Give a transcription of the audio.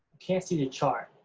can't see the chart,